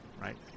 right